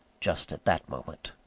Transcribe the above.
just at that moment.